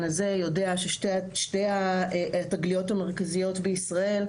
הזה יודע ששתי התגליות המרכזיות בישראל,